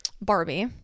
Barbie